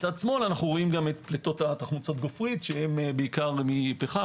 בצד שמאל רואים פליטות תחמוצות גפרית שהוא בעיקר מפחם,